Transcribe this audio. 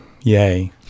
Yay